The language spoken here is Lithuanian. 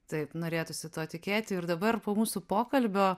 taip norėtųsi tuo tikėti ir dabar po mūsų pokalbio